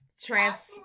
trans